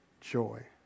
joy